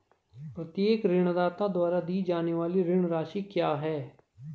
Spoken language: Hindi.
प्रत्येक ऋणदाता द्वारा दी जाने वाली ऋण राशि क्या है?